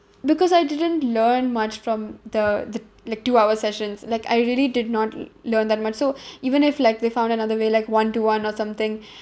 because I didn't learn much from the the like two hour sessions like I really did not learn that much so even if like they found another way like one to one or something